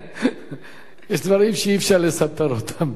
יש דברים שאי-אפשר לספר אותם.